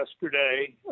yesterday